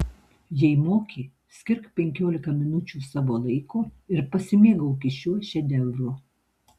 jei moki skirk penkiolika minučių savo laiko ir pasimėgauki šiuo šedevru